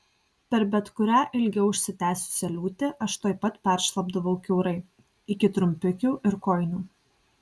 per bet kurią ilgiau užsitęsusią liūtį aš tuoj pat peršlapdavau kiaurai iki trumpikių ir kojinių